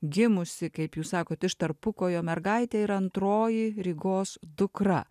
gimusi kaip jūs sakot iš tarpukojo mergaitė ir antroji rygos dukra